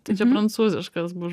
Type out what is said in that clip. tai čia prancūziškas bus